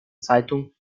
zeitung